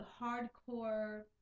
hardcore